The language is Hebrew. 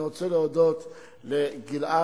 אני רוצה להודות לגלעד,